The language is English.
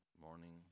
morning